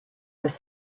was